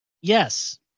Yes